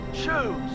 choose